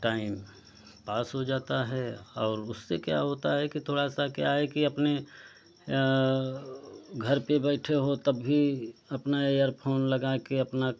time pass हो जाता है और उससे क्या होता है कि थोड़ा सा क्या है कि अपने घर पर बैठ हो तब भी अपना एयरफोन लगाकर अपना